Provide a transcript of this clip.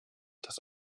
dass